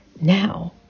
now